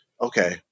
okay